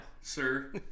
sir